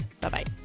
Bye-bye